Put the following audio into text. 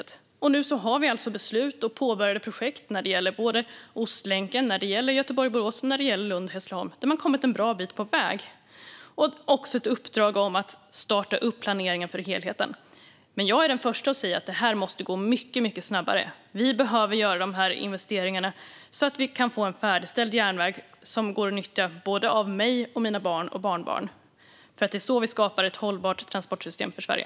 Nu har vi alltså beslut och påbörjade projekt när det gäller Ostlänken, Göteborg-Borås och Lund-Hässleholm där man har kommit en bra bit på väg. Vi har också ett uppdrag att starta planeringen för helheten. Jag är dock den första att säga att det här måste gå mycket snabbare. Vi behöver göra de här investeringarna så att vi kan få en färdigställd järnväg som kan nyttjas av både mig, mina barn och mina barnbarn. Det är så vi skapar ett hållbart transportsystem för Sverige.